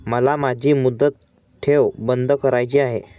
मला माझी मुदत ठेव बंद करायची आहे